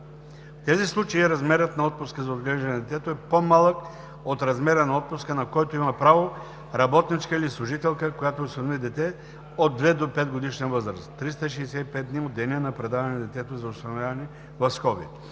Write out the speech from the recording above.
В тези случаи размерът на отпуска за отглеждане на детето е по-малък от размера на отпуска, на който има право работничка или служителка, която осинови дете от 2 до 5-годишна възраст – 365 дни от деня на предаване на детето за осиновяване.